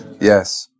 Yes